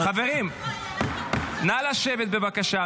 חברים, נא לשבת, בבקשה.